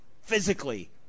physically